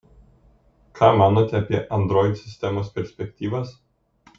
ką manote apie android sistemos perspektyvas